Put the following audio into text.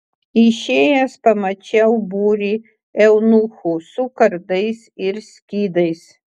išėjęs pamačiau būrį eunuchų su kardais ir skydais